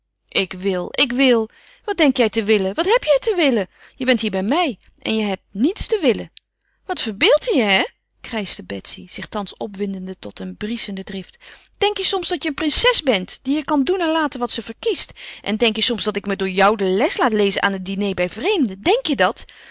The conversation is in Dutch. ik wil ik wil wat denk jij te willen wat heb jij te willen jij bent hier bij mij en jij hebt niets te willen wat verbeeldt je je hè krijschte betsy zich thans opwindende tot een brieschende drift denk je soms dat je een prinses bent die hier kan doen en laten wat ze verkiest en denk je soms dat ik me door jou de les laat lezen aan een diner bij vreemden denk je dat